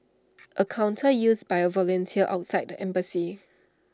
A counter used by A volunteer outside the embassy